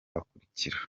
bakurikira